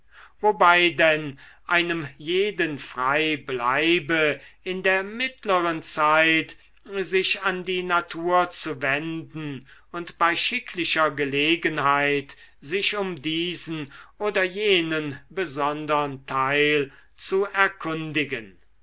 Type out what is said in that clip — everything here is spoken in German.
wobei denn einem jeden frei bleibe in der mittlern zeit sich an die natur zu wenden und bei schicklicher gelegenheit sich um diesen oder jenen besondern teil zu erkundigen